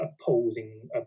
opposing